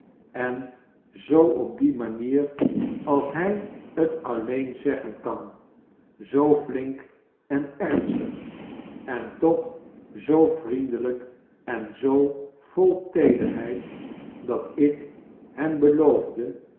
en zoo op die manier als hij t alleen zeggen ban zoo flink en ernstig en tooh zoo vriendelijk en zoo vol teederheid dat ik hem beloofde